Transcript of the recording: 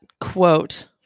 quote